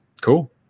cool